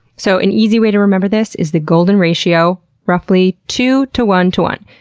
so an easy way to remember this is the golden ratio roughly two to one to one.